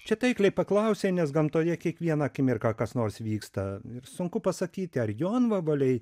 čia taikliai paklausei nes gamtoje kiekvieną akimirką kas nors vyksta ir sunku pasakyti ar jonvabaliai